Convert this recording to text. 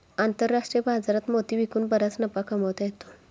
आंतरराष्ट्रीय बाजारात मोती विकून बराच नफा कमावता येतो